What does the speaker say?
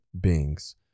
beings